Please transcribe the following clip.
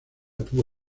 tuvo